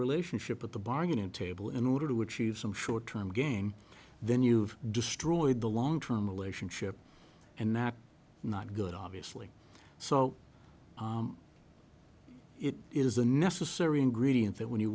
relationship at the bargaining table in order to achieve some short term gain then you've destroyed the long term relationship and not not good obviously so it is a necessary ingredient that when you